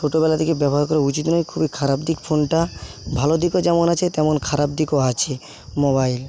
ছোটবেলা থেকে ব্যবহার করা উচিৎ নয় খুবই খারাপ দিক ফোনটা ভালো দিকও যেমন আছে তেমন খারাপ দিকও আছে মোবাইল